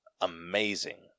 Amazing